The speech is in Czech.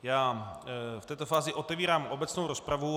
V této fázi otevírám obecnou rozpravu.